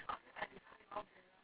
ya ya ya